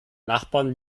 nachbarn